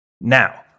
Now